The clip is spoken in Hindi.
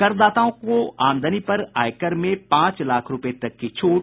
करदाताओं को आमदनी पर आयकर में पांच लाख रूपये तक की छूट